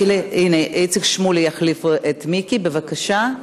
והינה איציק שמולי יחליף את מיקי, בבקשה.